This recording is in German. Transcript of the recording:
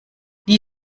die